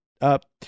up